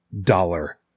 dollar